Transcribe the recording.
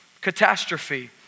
catastrophe